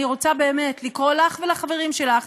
אני רוצה באמת לקרוא לך ולחברים שלך,